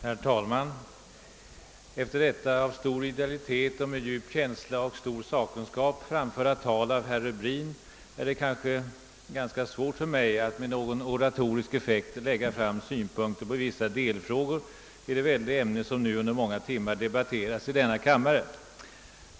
Herr talman! Efter detta av idealitet präglade och med djup känsla och stor sakkunskap framförda tal av herr Rubin är det kanske svårt för mig att med någon oratorisk effekt lägga fram synpunkter på vissa delfrågor i det väldiga ämne, som nu under många timmar debatterats i denna kammare.